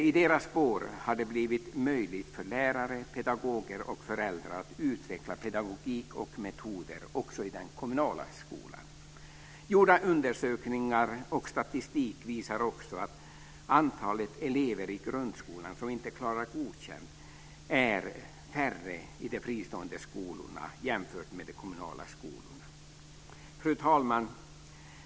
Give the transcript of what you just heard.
I deras spår har det blivit möjligt för lärare, pedagoger och föräldrar att utveckla pedagogik och metoder också i den kommunala skolan. Gjorda undersökningar och statistik visar också att antalet elever i grundskolan som inte klarar Godkänt är färre i de fristående skolorna jämfört med de kommunala skolorna. Fru talman!